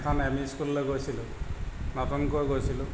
এখন M E স্কুললৈ গৈছিলোঁ নতুনকৈ গৈছিলোঁ